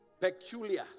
Peculiar